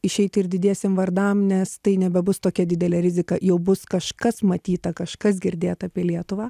išeiti ir didiesiem vardam nes tai nebebus tokia didelė rizika jau bus kažkas matyta kažkas girdėta apie lietuvą